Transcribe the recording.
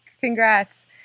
congrats